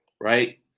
right